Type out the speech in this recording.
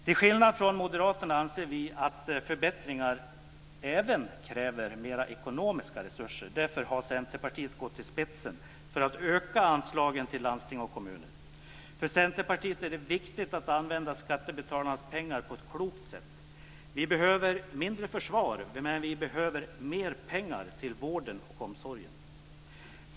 Till skillnad från Moderaterna anser vi att förbättringar även kräver mer ekonomiska resurser. Därför har Centerpartiet gått i spetsen för att öka anslagen till landsting och kommuner. För Centerpartiet är det viktigt att använda skattebetalarnas pengar på ett klokt sätt. Vi behöver mindre försvar, men vi behöver mer pengar till vården och omsorgen.